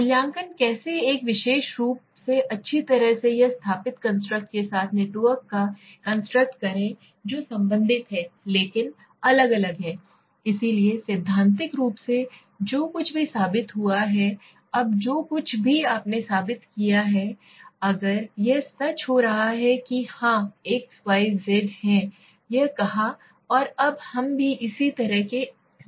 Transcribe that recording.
मूल्यांकन कैसे एक विशेष रूप से अच्छी तरह से अन्य स्थापित कंस्ट्रक्ट के साथ नेटवर्क का कंस्ट्रक्ट करें जो संबंधित हैं लेकिन अलग अलग हैं इसलिए सैद्धांतिक रूप से जो कुछ भी साबित हुआ है अब जो कुछ भी आपने साबित किया है अगर यह सच हो रहा है कि हाँ x y z है यह कहा और अब हम भी इसी तरह के निष्कर्ष पर आए हैं